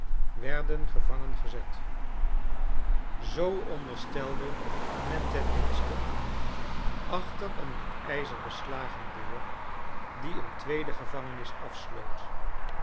werden gevangen gezet zoo onderstelde men ten minste achter een met ijzer beslagen deur die een tweede gevangenis afsloot